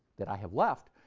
that i have left,